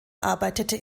arbeitete